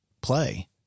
play